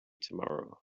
tomorrow